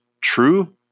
true